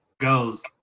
goes